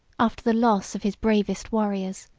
after the loss of his bravest warriors,